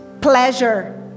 pleasure